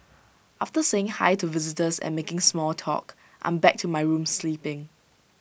after saying hi to visitors and making small talk I'm back to my room sleeping